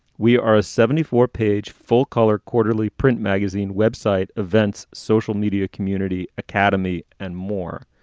we are a seventy four page full color quarterly print magazine, web site events, social media, community academy and more.